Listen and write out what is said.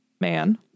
man